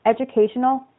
educational